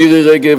מירי רגב,